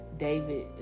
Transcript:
David